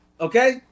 okay